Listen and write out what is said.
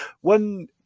One